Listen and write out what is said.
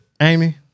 Amy